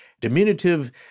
diminutive